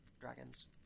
dragons